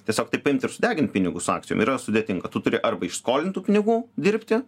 tiesiog taip imt ir sudegint pinigus akcijom yra sudėtinga tu turi arba iš skolintų pinigų dirbti